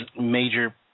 major